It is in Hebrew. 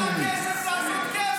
כי אין לה כסף לעשות קבר.